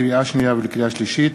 לקריאה שנייה ולקריאה שלישית,